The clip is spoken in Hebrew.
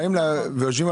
שאושר.